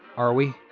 are we?